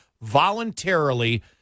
voluntarily